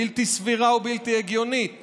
בעיניי, בלתי סבירה ובלתי הגיונית